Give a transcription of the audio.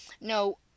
No